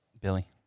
Billy